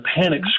panic